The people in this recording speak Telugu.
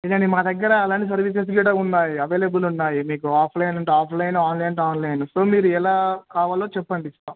ఇదండి మా దగ్గర అలాంటి సర్వీసెస్ కూడా ఉన్నాయి అవైలబుల్ ఉన్నాయి మీకు ఆఫ్లైన్ అంటే ఆఫ్లైన్ ఆన్లైన్ అంటే ఆన్లైన్ సో మీకు ఎలా కావాలో చెప్పండి